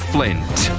Flint